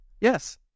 yes